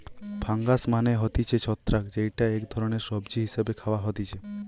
fungus মানে হতিছে ছত্রাক যেইটা এক ধরণের সবজি হিসেবে খাওয়া হতিছে